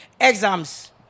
exams